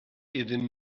iddyn